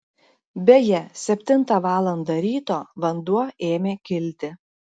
beje septintą valandą ryto vanduo ėmė kilti